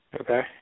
okay